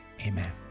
Amen